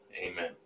amen